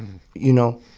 you know,